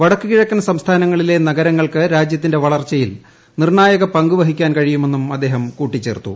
വടക്കുകിഴക്കൻ സംസ്ഥാനങ്ങളിലെ നഗരങ്ങൾക്ക് രാജ്യത്തിന്റെ വളർച്ചയിൽ നിർണ്ണായക പങ്കു വഹിക്കാൻ കഴിയുമെന്നും അദ്ദേഹം കൂട്ടിച്ചേർത്തു